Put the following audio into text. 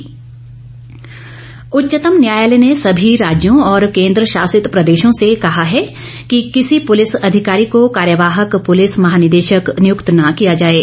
उच्चतम न्यायालय पुलिस सुधार उच्चतम न्यायालय ने सभी राज्यों और केन्द्रशासित प्रदेशों से कहा है कि किसी पुलिस अधिकारी को कार्यवाहक पुलिस महानिदेशक नियुक्त न किया जाये